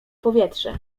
powietrze